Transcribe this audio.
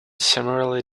summarily